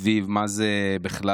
סביב מה זה בכלל,